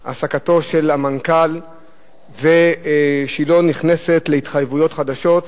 העסקתו של המנכ"ל ועל כך שהיא לא נכנסת להתחייבויות חדשות.